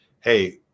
hey